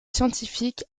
scientifique